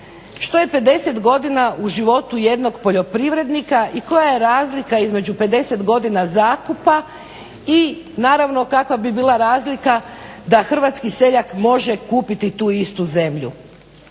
Što je 50 godina u životu jednog poljoprivrednika? I koja je razlika između 50 godina zakupa i naravno kakva bi bila razlika da hrvatski seljak može kupiti tu istu zemlju?